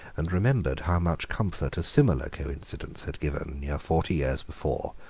and remembered how much comfort a similar coincidence had given, near forty years before,